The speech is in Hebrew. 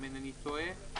אם אינני טועה,